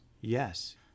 yes